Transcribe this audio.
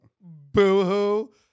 Boo-hoo